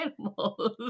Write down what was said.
animals